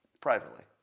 Privately